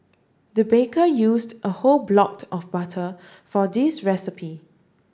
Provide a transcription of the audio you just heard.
the baker used a whole blot of butter for this recipe